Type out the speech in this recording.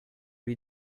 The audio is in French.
lui